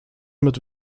mit